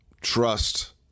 Trust